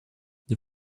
you